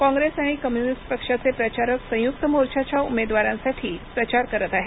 कॉंग्रेस आणि कम्युनिस्ट पक्षाचे प्रचारक संयुक्त मोर्चाच्या उमेदवारांसाठी प्रचार करत आहेत